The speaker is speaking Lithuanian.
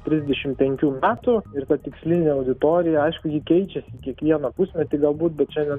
trisdešimt penkių metų ir ta tikslinė auditorija aišku ji keičiasi kiekvieną pusmetį galbūt bet šiandien